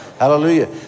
Hallelujah